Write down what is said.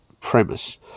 premise